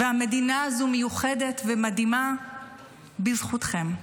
והמדינה הזאת מיוחדת ומדהימה בזכותכם.